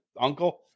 uncle